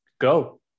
go